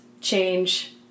change